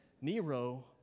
Nero